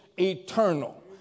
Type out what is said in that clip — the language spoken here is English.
Eternal